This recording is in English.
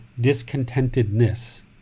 discontentedness